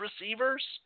receivers